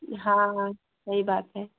हाँ सही बात है